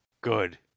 good